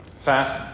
fast